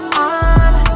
on